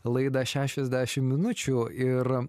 laidą šešiasdešim minučių ir